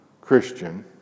Christian